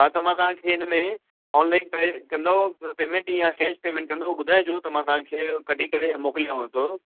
हा त मां तव्हांखे हिनमें ऑनलाइन पे कंदव अ पेमेंट या कैश पेमेंट कंदो ॿुधाइजो त मां तव्हांखे कढी करे अ मोकिलियाव थो